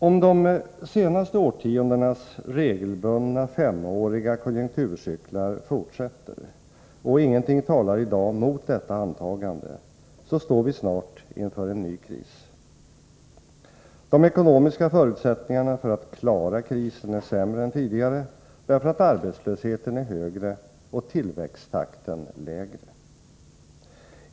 Om de senaste årtiondenas regelbundna femåriga konjunkturcyklar fortsätter — och ingenting talar i dag mot detta antagande — står vi snart inför en ny kris. De ekonomiska förutsättningarna för att klara krisen är sämre än tidigare därför att arbetslösheten är högre och tillväxttakten lägre.